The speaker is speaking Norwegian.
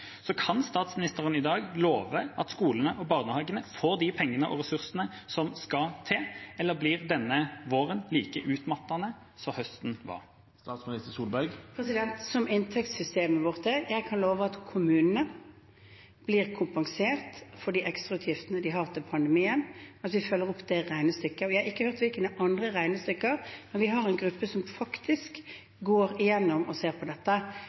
Så kan statsministeren i dag love at skolene og barnehagene får de pengene og ressursene som skal til, eller blir denne våren like utmattende som høsten var? Slik inntektssystemet vårt er, kan jeg love at kommunene blir kompensert for de ekstrautgiftene de har til pandemien, at vi følger opp det regnestykket. Vi har ikke hørt hvilke andre regnestykker det er, men vi har en gruppe som går igjennom og ser på dette,